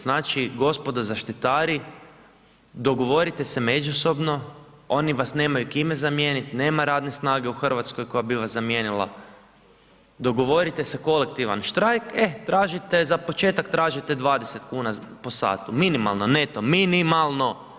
Znači, gospodo zaštitari, dogovorite se međusobno, oni vas nemaju kime zamijeniti, nema radne snage u Hrvatskoj, koja bi vas zamijenila, dogovorite se kolektivan štrajk, e tražite, za početak tražite 20 kn po satu, minimalno, neto, minimalno.